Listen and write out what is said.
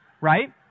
right